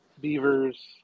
Beavers